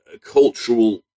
cultural